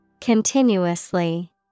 Continuously